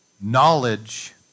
knowledge